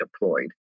deployed